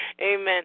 Amen